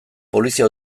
polizia